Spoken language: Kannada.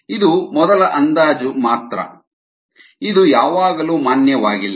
ಇದು ಮೊದಲ ಅಂದಾಜು ಮಾತ್ರ ಇದು ಯಾವಾಗಲೂ ಮಾನ್ಯವಾಗಿಲ್ಲ